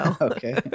Okay